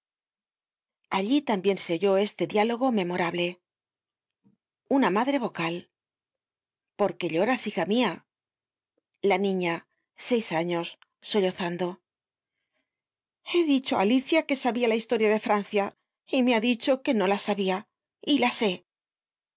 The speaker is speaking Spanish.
tambien se oyó este diálogo memorable una madre vocal por qué lloras hija mia la niña seis años sollozando he dicho á alicia que sabia la historia de francia y me ha dicho que no la sabia y la sé